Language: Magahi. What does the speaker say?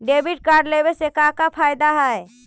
डेबिट कार्ड लेवे से का का फायदा है?